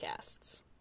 podcasts